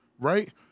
right